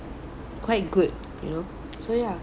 quite good you know so yeah